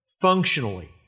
functionally